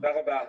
תודה רבה.